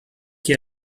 chi